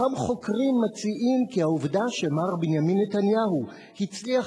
אותם חוקרים מציעים כי העובדה שמר בנימין נתניהו הצליח